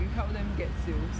you help them get sales